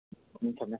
ꯎꯝ ꯊꯝꯃꯦ